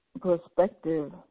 Perspective